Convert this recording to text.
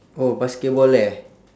oh basketball leh